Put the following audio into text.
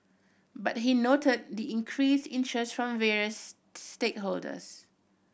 but he noted the increased interest from various stakeholders